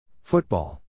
Football